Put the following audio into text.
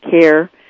care